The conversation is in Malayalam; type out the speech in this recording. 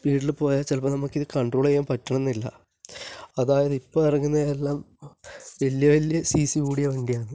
സ്പീഡിൽ പോയാൽ ചിലപ്പോൾ നമുക്കിത് കണ്ട്രോള് ചെയ്യാന് പറ്റണം എന്നില്ല അതായത് ഇപ്പോൾ ഇറങ്ങുന്നതെല്ലാം വലിയ വലിയ സി സി കൂടിയ വണ്ടിയാണ്